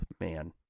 man